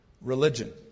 Religion